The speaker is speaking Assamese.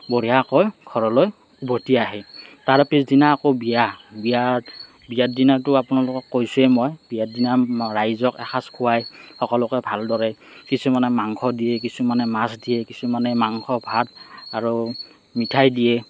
বঢ়িয়াকৈ ঘৰলৈ উভতি আহে তাৰ পিছদিনা আকৌ বিয়া বিয়াত বিয়াৰ দিনাতো আপোনালোকক কৈছোঁয়ে মই বিয়াৰ দিনা ৰাইজক এসাঁজ খোৱায় সকলোকে ভালদৰে কিছুমানে মাংস দিয়ে কিছুমানে মাছ দিয়ে কিছুমানে মাংস ভাত আৰু মিঠাই দিয়ে